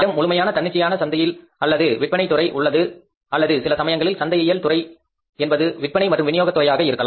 நம்மிடம் முழுமையான தன்னிச்சையான சந்தையியல் அல்லது விற்பனை துறை உள்ளது அல்லது சில சமயங்களில் சந்தையியல் துறை என்பது விற்பனை மற்றும் விநியோக துறையாக இருக்கும்